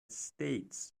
states